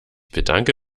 bedanke